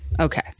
Okay